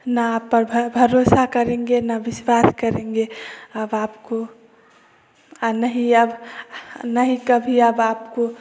ना आप पर भरोसा करेंगे विश्वास करेंगे अब आपको नहीं अब नहीं कभी आपको